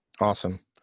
Awesome